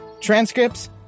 transcripts